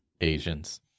Asians